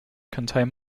contain